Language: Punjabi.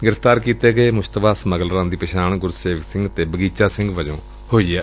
ਗ੍ਰਿਫ਼ਤਾਰ ਕੀਤੇ ਗਏ ਮੁਸ਼ਤਬਾ ਸਮਗਲਰਾਂ ਦੀ ਪਛਾਣ ਗੁਰਸੇਵਕ ਸਿੰਘ ਅਤੇ ਬਗੀਚਾ ਸਿੰਘ ਵਜੋਂ ਹੋਈ ਏ